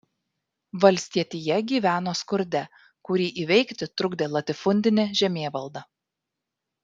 valstietija gyveno skurde kurį įveikti trukdė latifundinė žemėvalda